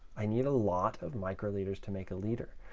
i need a lot of microliters to make a liter.